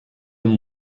amb